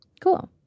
Cool